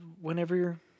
whenever